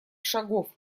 шагов